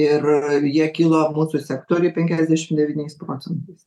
ir jie kilo mūsų sektoriuj penkiasdešim devyniais procentais